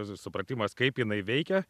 supratimas kaip jinai veikia